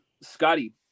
scotty